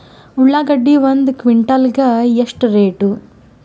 ಉಳ್ಳಾಗಡ್ಡಿ ಒಂದು ಕ್ವಿಂಟಾಲ್ ಗೆ ಎಷ್ಟು ರೇಟು?